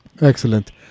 Excellent